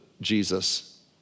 Jesus